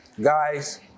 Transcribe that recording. Guys